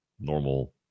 normal